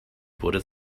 wurde